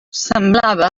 semblava